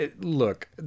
look